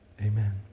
amen